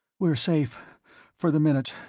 we're safe for the minute.